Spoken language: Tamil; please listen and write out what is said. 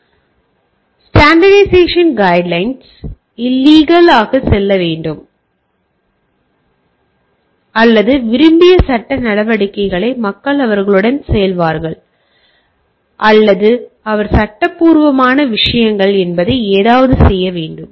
மேலும் ஸ்டான்டர்டாய்சேசன் கைடுலைன் இல்லிகள் ஆக செல்ல வேண்டும் அல்லது விரும்பிய சட்ட நடவடிக்கைகளை மக்கள் அவர்களுடன் செய்வார்கள் அல்லது அவை சட்டபூர்வமான விஷயங்கள் என்பதை ஏதாவது செய்ய வேண்டும்